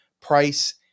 price